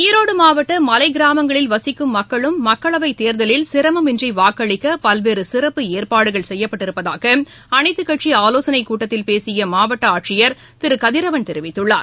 ஈரோடு மாவட்ட மலை கிராமங்களில் வசிக்கும் மக்களும் மக்களவை தேர்தலில் சிரமமின்றி வாக்களிக்க பல்வேறு சிறப்பு ஏற்பாடுகள் செய்யப்பட்டிருப்பதாக அனைத்துக்கட்சி ஆவோசனை கூட்டத்தில் பேசிய மாவட்ட ஆட்சியர் திரு கதிவரன் தெரிவித்துள்ளார்